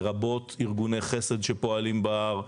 לרבות ארגוני חסד שפועלים בהר,